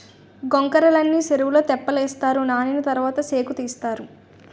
గొంకర్రలని సెరువులో తెప్పలేస్తారు నానిన తరవాత సేకుతీస్తారు